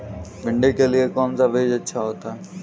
भिंडी के लिए कौन सा बीज अच्छा होता है?